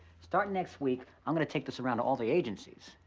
startin' next week, i'm gonna take this around to all the agencies,